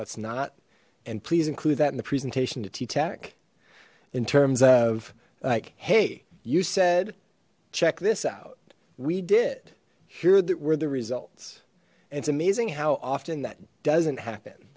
what's not and please include that in the presentation to t tac in terms of like hey you said check this out we did here were the results it's amazing how often that doesn't happen